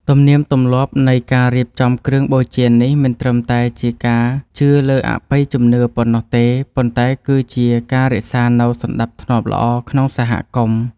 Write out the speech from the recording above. ទំនៀមទម្លាប់នៃការរៀបចំគ្រឿងបូជានេះមិនត្រឹមតែជាការជឿលើអបិយជំនឿប៉ុណ្ណោះទេ ប៉ុន្តែគឺជាការរក្សានូវសណ្តាប់ធ្នាប់ល្អក្នុងសហគមន៍។